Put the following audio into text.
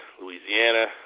Louisiana